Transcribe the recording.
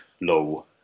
low